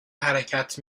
حرکت